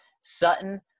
Sutton